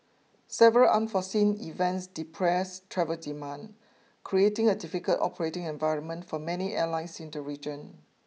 several unforeseen events depressed travel demand creating a difficult operating environment for many airlines in the region